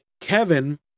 Kevin